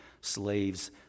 Slaves